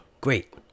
great